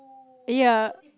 ya